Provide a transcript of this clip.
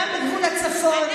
ברעם, כמו תל חי,